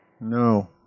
No